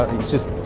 it's just